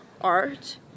art